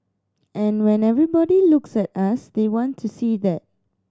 and when everybody looks at us they want to see that